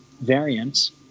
variants